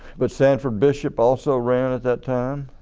but sanford bishop also ran at that time